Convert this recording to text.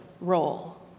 role